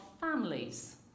families